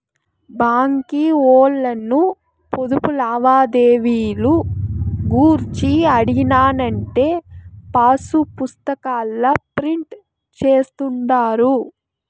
బాంకీ ఓల్లను పొదుపు లావాదేవీలు గూర్చి అడిగినానంటే పాసుపుస్తాకాల ప్రింట్ జేస్తుండారు